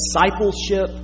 discipleship